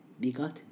begotten